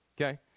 okay